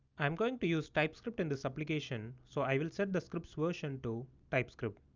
i'm going to use typescript in this application. so i will set the scripts version to typescript.